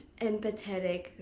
empathetic